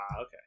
okay